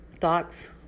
Thoughts